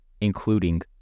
including